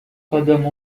قدم